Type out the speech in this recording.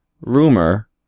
rumor